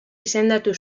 izendatu